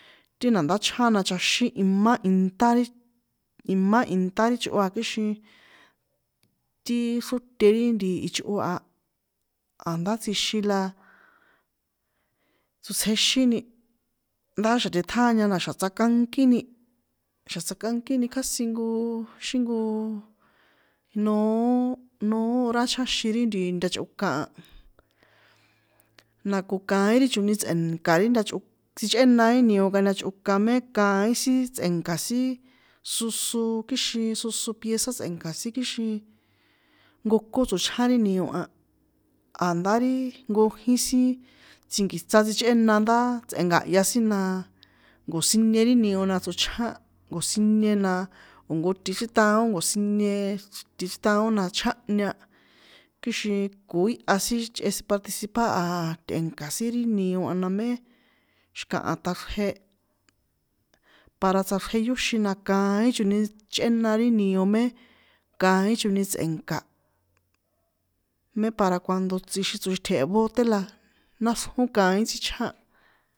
Ti nandá chján na chaxín imá inṭá imá inṭá ri chꞌo a kixin ti xróte ri ichꞌo a, a̱ndá tsjixin la tsotsjexíni ndá xa̱ tꞌiṭjáña na xa̱ tsakankíni kasi nko xí nko noó noó hora chjáxin ti ntachꞌokan a, na ko kaín ri choni tsꞌe̱nka ri ntachꞌok sichꞌena ri nio kantachꞌokan mé kaín sin tsꞌe̱nka̱ sin soso kixin kiin sos pieza tsꞌenka̱ sin kixin nkokón tsochjá ri nio a̱ndá ri nkojín sin tsjinki̱tsa sichꞌena ndá tsꞌe̱nka̱nhya sin na nko̱siñe ri nio tsochjá nkosiñe o̱ nko ti chriṭaon ti nko̱siñe na chjánhña, kixin koiha sin chꞌe sin chꞌe participar a tꞌe̱nka sin ri nio a mé xi̱kaha ṭꞌaxrje, para tsꞌaxrje yóxin na kaín choni chꞌena ri nio mé kaín choni tsꞌe̱nka̱ mpe para cuando tsixin tsoxitje̱he bote na náxrjón kaín tsíchján.